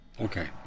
Okay